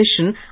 mission